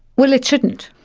well, it shouldn't.